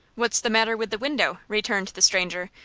what's the matter with the window? returned the stranger,